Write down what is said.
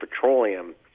Petroleum